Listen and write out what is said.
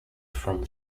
from